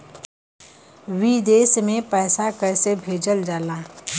विदेश में पैसा कैसे भेजल जाला?